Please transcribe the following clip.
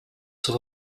zur